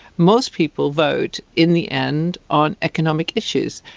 most people vote in the end on economic issues,